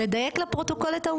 -- לדייק לפרוטוקול את העובדות.